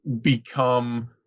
become